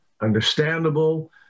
understandable